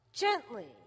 Gently